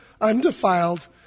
undefiled